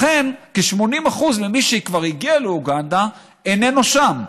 לכן כ-80% ממי שכבר הגיע לאוגנדה איננו שם.